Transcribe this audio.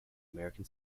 american